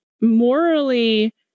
morally